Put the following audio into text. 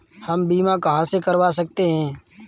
हम बीमा कहां से करवा सकते हैं?